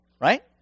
Right